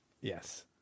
Yes